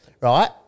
right